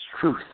truth